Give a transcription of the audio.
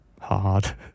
hard